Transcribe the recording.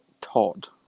Todd